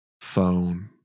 phone